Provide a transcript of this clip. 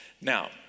Now